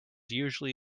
usually